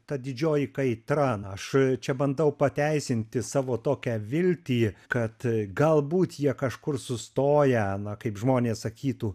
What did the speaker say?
ta didžioji kaitra na aš čia bandau pateisinti savo tokią viltį kad galbūt jie kažkur sustoję na kaip žmonės sakytų